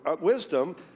wisdom